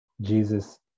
Jesus